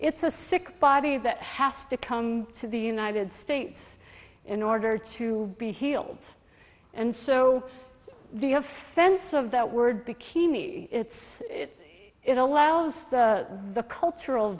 it's a sick body that has to come to the united states in order to be healed and so the offense of that word be kimi it's it allows the cultural